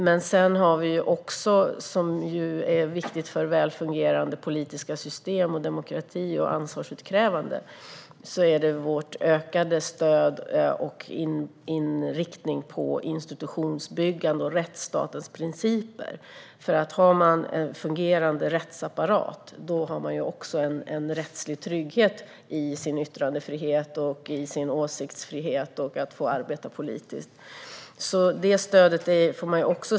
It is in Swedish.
Vi har också - vilket är viktigt för väl fungerande politiska system, demokrati och ansvarsutkrävande - ett ökat stöd till och inriktning på institutionsbyggande och rättsstatens principer. Om man har en fungerande rättsapparat har man också en rättslig trygghet i sin yttrandefrihet, i sin åsiktsfrihet och i rätten att få arbeta politiskt.